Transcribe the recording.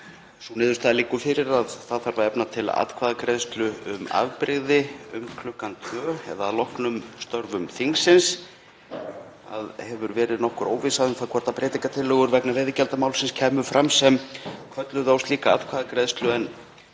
sú niðurstaða liggur fyrir að efna þarf til atkvæðagreiðslu um afbrigði um kl. 2, eða að loknum störfum þingsins. Það hefur verið nokkur óvissa um það hvort breytingartillögur vegna veiðigjaldamálsins kæmu fram sem kölluðu á slíka atkvæðagreiðslu, en